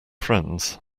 friends